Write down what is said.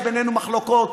יש בינינו מחלוקות.